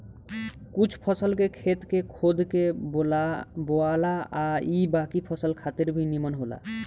कुछ फसल के खेत के खोद के बोआला आ इ बाकी फसल खातिर भी निमन होला